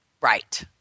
Right